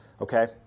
Okay